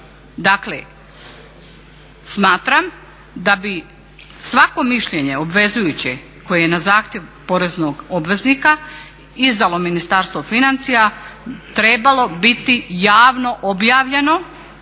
Dakle smatram da bi svako obvezujuće mišljenje koje je na zahtjev poreznog obveznika izdalo Ministarstvo financija trebalo biti javno objavljeno